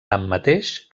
tanmateix